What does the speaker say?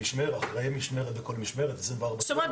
אחראי משמרת בכל משמרת 24 שעות --- זאת אומרת,